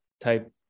type